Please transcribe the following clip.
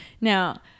now